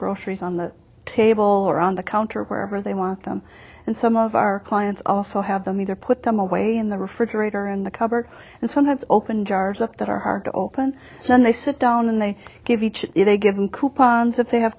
groceries on the table or on the counter wherever they want them and some of our clients also have them either put them away in the refrigerator in the cupboard and sometimes open jars up that are hard to open when they sit down and they give each in a given coupons if they have